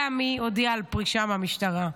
גם היא הודיעה על פרישה מהמשטרה.